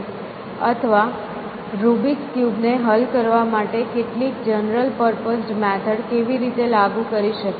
અથવા Rubik's cube ને હલ કરવા માટે કેટલીક જનરલ પર્પઝ મેથડ કેવી રીતે લાગુ કરી શકીએ